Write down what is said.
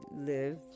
live